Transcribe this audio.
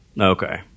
Okay